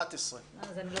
ב-11:00.